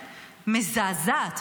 מזעזעת,